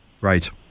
Right